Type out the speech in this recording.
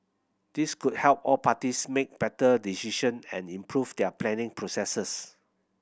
this could help all parties make better decision and improve their planning processes